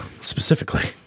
specifically